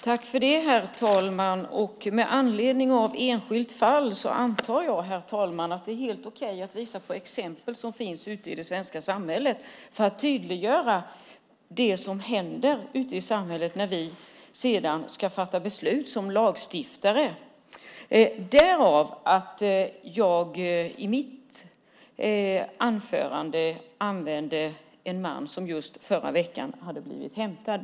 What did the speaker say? Herr talman! Mot bakgrund av detta med enskilda fall antar jag ändå att det är helt okej att visa på exempel från det svenska samhället för att tydliggöra vad som händer ute i samhället när vi sedan som lagstiftare ska fatta beslut. Därför använde jag i mitt anförande exemplet med en man som i förra veckan hade blivit hämtad.